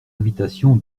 invitation